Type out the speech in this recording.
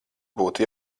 būtu